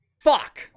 Fuck